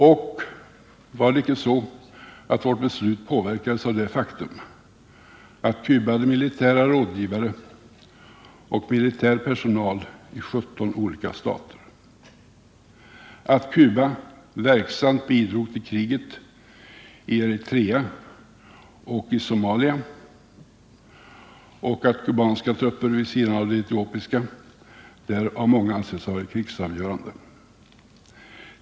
Och var det icke så att vårt beslut påverkades av det faktum att Cuba hade militära rådgivare och militär personal i 17 olika stater, att Cuba verksamt bidrog till kriget i Eritrea och i Somalia och att kubanska trupper vid sidan av de etiopiska där av många anses ha varit krigsavgörande?